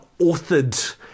authored